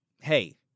hey